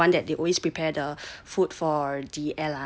you know the one that they always prepare the food for the airline